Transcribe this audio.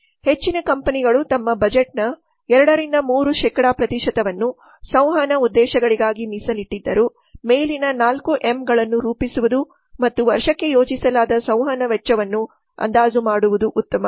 ಹೆಚ್ಚಿನ ಕಂಪನಿಗಳು ತಮ್ಮ ಬಜೆಟ್ ನ 2 ರಿಂದ 3 ಶೇಕಡಾವನ್ನು ಸಂವಹನ ಉದ್ದೇಶಗಳಿಗಾಗಿ ಮೀಸಲಿಟ್ಟಿದ್ದರೂ ಮೇಲಿನ 4 ಎಂಗಳನ್ನು ರೂಪಿಸುವುದು ಮತ್ತು ವರ್ಷಕ್ಕೆ ಯೋಜಿಸಲಾದ ಸಂವಹನ ವೆಚ್ಚವನ್ನು ಅಂದಾಜು ಮಾಡುವುದು ಉತ್ತಮ